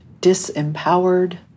disempowered